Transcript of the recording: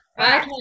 Okay